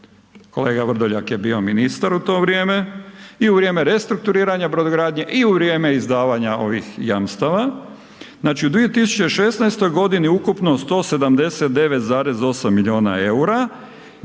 kolega Vrdoljak je bio ministar u to vrijeme i u vrijeme restrukturiranja brodogradnje i u vrijeme izdavanja ovih jamstava, znači u 2016. godini ukupno 179,8 milijuna eura.